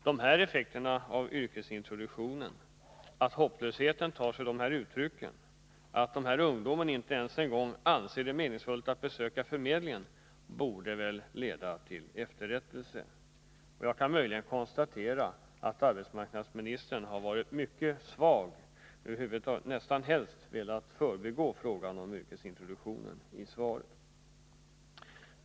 Dessa effekter av yrkesintroduktionen — att hopplösheten tar sig de här uttrycken, att dessa ungdomar inte ens anser det meningsfullt att besöka förmedlingen — borde väl föranleda till rättelse. Jag kan möjligen konstatera att arbetsmarknadsministern har varit mycket svag och närmast velat förbigå frågan om yrkesintroduktionen i svaret.